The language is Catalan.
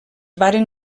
varen